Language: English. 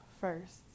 first